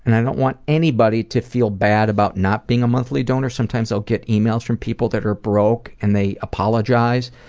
and i don't want anybody to feel bad about not being a monthly donor. sometimes i'll get emails from people that are broke and they apologize,